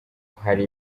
hari